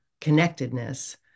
connectedness